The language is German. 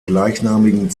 gleichnamigen